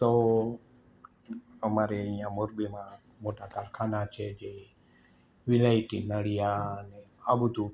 તો અમારે અહીંયા મોરબીમાં મોટાં કરાખાનાં છે જે વિલાયતી નળીયા આ બધું